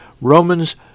Romans